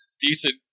decent